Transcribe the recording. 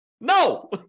No